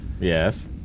Yes